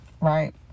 right